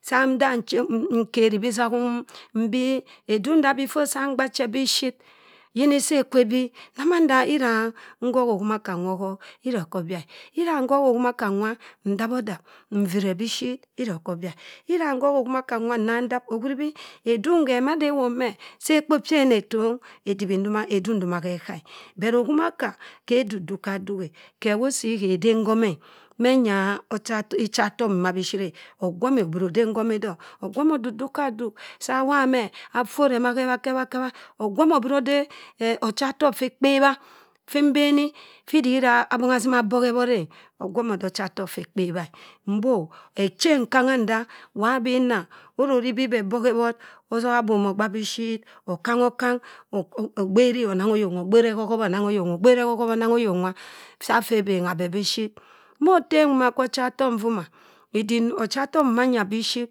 Saa nda nkeri bitaghu, mbi etung nda before nda mgba che bishit yina si ekwe ebi ha manda iwura nhokhi okhinoka nwa ọghọkh iwura oko byia e. Iwura nkhoshi okhohi okhimaka nwa, ndap ọdap. Imffruẹ bishit. Ira oko obijia e. ira nkhohi okhimaka nwa. nna. ndap ohuribi edung ghẹ mada ewop mẹ cha ekpo pyẹ enetong edibhi ndoma. edung ndoma khẹ egha e. But okhimaka, khe oduk duk kha dughẹ. Ghẹ wosii ghe ede nhami e. manya ochatọk, ichatomi ma bishit ẹ. ọwọmi obro ode nhomi dọk ogwomi. Oduk-duk kha aduk sa wobha mẹ affora ghẹ ebharr-khebhar. Ogwomi obro ode ochatok ffe ekpebha fin beni fii idi ihira atima abokheloot ẹ ọgwomi ode ochatok ffe ekpebhae. Mbo, echem kangha nda, wa abi nna orori bi bẹh bọhewot, osogha ibọm ogba bishit okang-okang. Ogberi ehọhowa onang oyok nwa sa ffe obengha bse bishit. Mo otem nwoma kwa ochatok nfoma. Ocha-tok manya bishit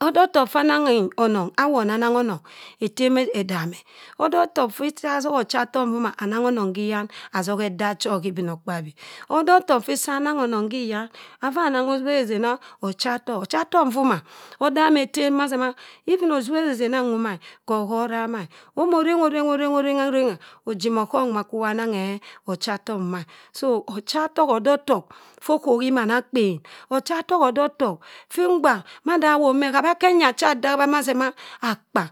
ode otok ffa anang onong awon anang ọnọng etem edame. Ode otok ffi cha ọtọkhọ ọchatọk nvoma anang ọnọng hyan. Asoha edah chọ ha ibinokpabi. ode oto ffa anang onong hyna, anang otubhe sesena ochatok, ochatok nwoma odamẹ etem man si si ma even otubhesesena nwoma hoghorama e. Di mo rengha orengha orangha orengha ojima oghọm nwa kw’ iwa ananghe ochatọk ma e. So ochatok ọde otok ffo ghohi mana akpen. ochatok ode otok fin mgba awop meh ghabe aki enya cho ndabha ma se ma akpa.